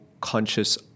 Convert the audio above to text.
conscious